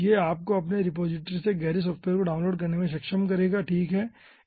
यह आपको अपने रिपॉजिटरी से गेरिस सॉफ्टवेयर को डाउनलोड करने में सक्षम करेगा ठीक है